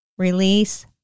Release